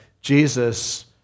Jesus